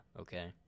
okay